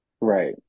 Right